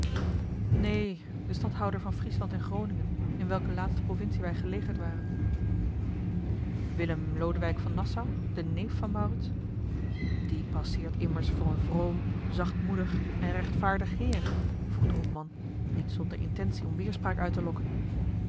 neen den stadhouder van friesland en groningen in welke laatste provincie wij gelegerd waren willem lodewijk van nassau den neef van maurits die passeert immers voor een vroom zachtmoedig en rechtvaardig heer vroeg de hopman niet zonder intentie om weêrspraak uit te lokken